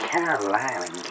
Carolina